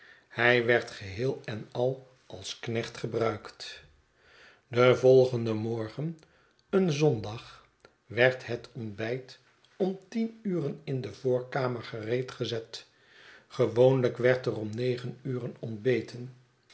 hij werd geheel en al als knecht gebruikt den volgenden morgen een zondag werd het ontbijt om tien uren in de voorkamer gereed gezet gewoonlijk werd er om negen uren ontbeten